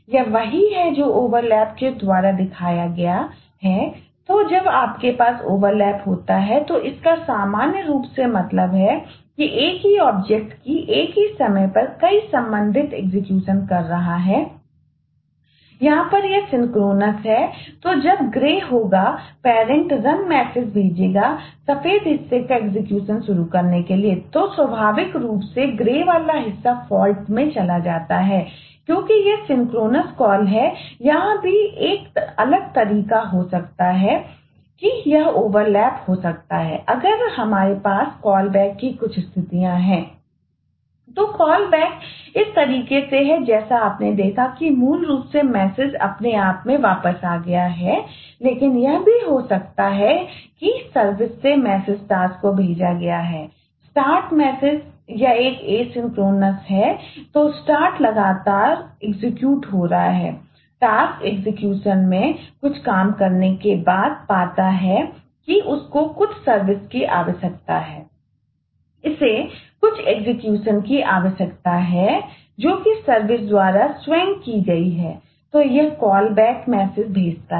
यह वही है जो ओवरलैप की कुछ स्थिति है